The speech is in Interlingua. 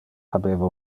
habeva